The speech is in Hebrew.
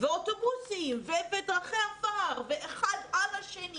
ואוטובוס ודרכי עפר ואחד על השני.